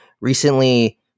recently